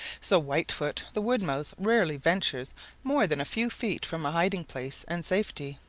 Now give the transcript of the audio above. so whitefoot the wood mouse rarely ventures more than a few feet from a hiding place and safety.